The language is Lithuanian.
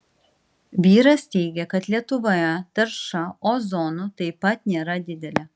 vyras teigia kad lietuvoje tarša ozonu taip pat nėra didelė